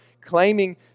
claiming